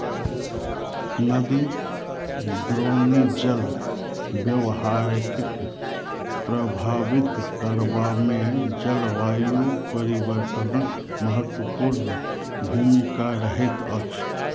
नदी द्रोणी जल व्यवहारके प्रभावित करबामे जलवायु परिवर्तनक महत्वपूर्ण भूमिका रहैत अछि